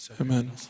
Amen